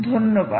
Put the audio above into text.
ধন্যবাদ